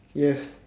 ya